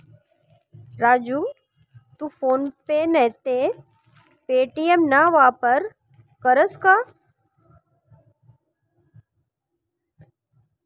राजू तू फोन पे नैते पे.टी.एम ना वापर करस का?